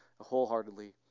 wholeheartedly